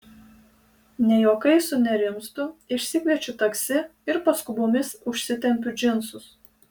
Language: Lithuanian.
ne juokais sunerimstu išsikviečiu taksi ir paskubomis užsitempiu džinsus